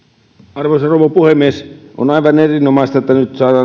arvoisa rouva puhemies on aivan erinomaista että nyt saadaan